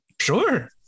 Sure